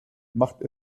macht